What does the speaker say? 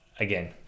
again